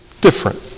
different